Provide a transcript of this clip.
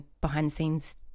behind-the-scenes